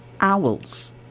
owls